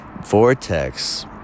vortex